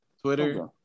Twitter